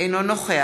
אינו נוכח